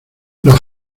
los